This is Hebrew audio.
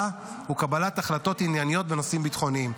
הוא קבלת החלטות ענייניות בנושאים ביטחוניים.